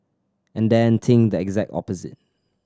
and then think the exact opposite